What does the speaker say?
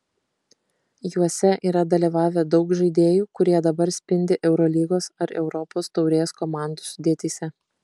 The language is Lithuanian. juose yra dalyvavę daug žaidėjų kurie dabar spindi eurolygos ar europos taurės komandų sudėtyse